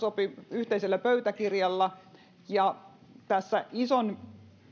yhteisellä pöytäkirjalla tässä ison